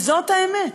זאת האמת.